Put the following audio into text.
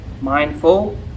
mindful